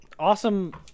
Awesome